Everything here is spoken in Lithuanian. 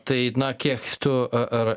tai na kiek tu a ar